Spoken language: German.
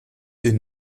ihnen